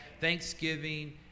Thanksgiving